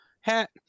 hat